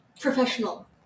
professional